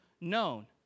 known